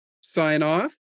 sign-off